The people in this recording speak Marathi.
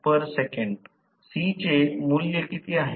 C चे मूल्य किती आहे